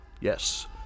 Yes